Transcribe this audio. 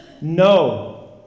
No